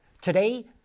Today